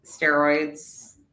steroids